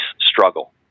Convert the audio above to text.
struggle